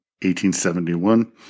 1871